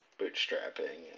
bootstrapping